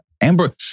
Amber